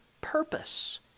purpose